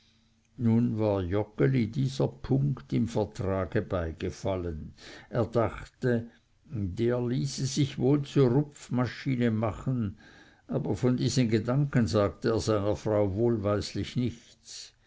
nun war joggeli dieser punkt im vertrage beigefallen er dachte der ließe sich wohl zur rupfmaschine machen aber von diesen gedanken sagte er seiner frau wohlweislich nichts